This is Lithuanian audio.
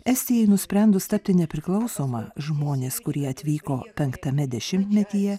estijai nusprendus tapti nepriklausoma žmonės kurie atvyko penktame dešimtmetyje